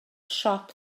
siop